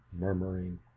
murmuring